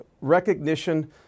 recognition